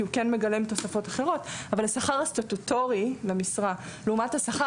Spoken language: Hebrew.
הוא כן מגלם תוספות אחרות השכר הסטטוטורי למשרה לעומת השכר